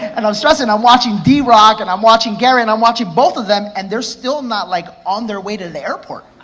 and i'm stressing, i'm watching drock, and i'm watching gary, and i'm watching both of them and they're still not like on their way to the airport,